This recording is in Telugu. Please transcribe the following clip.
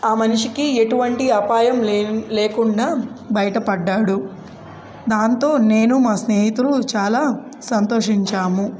ఆ మనిషికి ఎటువంటి అపాయం లేని లేకుండా బయటపడినాడు దాంతో నేను మా స్నేహితులు చాలా సంతోషించాము